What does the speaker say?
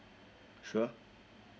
sure